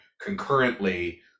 concurrently